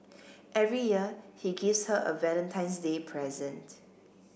every year he gives her a Valentine's Day present